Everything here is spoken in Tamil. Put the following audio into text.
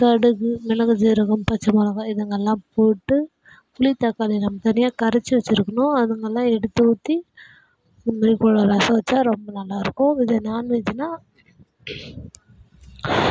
கடுகு மிளகு சீரகம் பச்சமொளகாய் இதுங்கெல்லாம் போட்டு புளி தக்காளிலாம் தனியாக கரைச்சி வச்சிருக்கணும் அதுங்கெல்லாம் எடுத்து ஊற்றி ரசம் வச்சா ரொம்ப நல்லாயிருக்கும் நான்வெஜ்னா